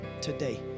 today